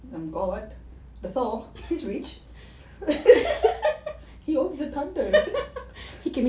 um got thor he's rich he owns the thunder